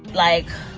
like.